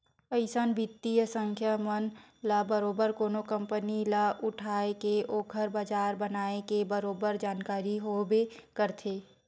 अइसन बित्तीय संस्था मन ल बरोबर कोनो कंपनी ल उठाय के ओखर बजार बनाए के बरोबर जानकारी होबे करथे